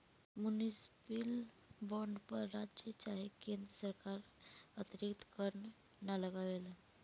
municipal bond पर राज्य चाहे केन्द्र सरकार अतिरिक्त कर ना लगावेला